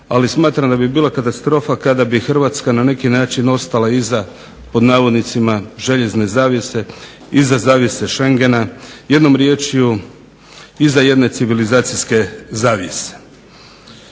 ali smatram da bi bila katastrofa kada bi Hrvatska na neki način ostala iza "Željezne zavjese" iza zavjese šengena, jednom riječju iza jedne civilizacijske zavjese.